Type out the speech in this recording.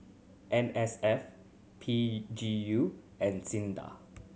N S F P G U and SINDA